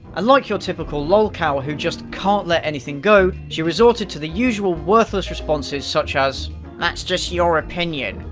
and like your typical lolcow who just can't let anything go, she resorted to the usual worthless responses such as that's just your opinion.